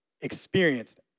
experienced